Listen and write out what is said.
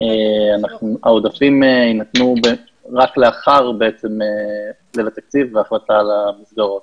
העודפים יינתנו רק לאחר גיבוש התקציב וההחלטה על המסגרות.